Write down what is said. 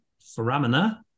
foramina